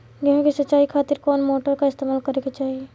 गेहूं के सिंचाई खातिर कौन मोटर का इस्तेमाल करे के चाहीं?